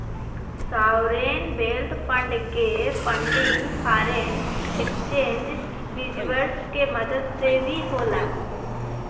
sovereign wealth fund के funding foreign exchange reserves के मदद से भी होला